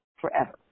forever